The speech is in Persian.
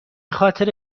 خاطر